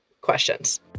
questions